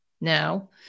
now